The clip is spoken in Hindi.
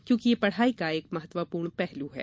क्योंकि र्य पढ़ाई का एक महत्वपूर्ण पहलू है